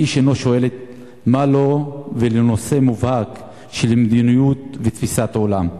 ואיש אינו שואל מה לו ולנושא מובהק של מדיניות ותפיסת עולם.